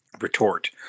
retort